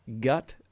gut